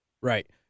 Right